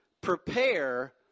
prepare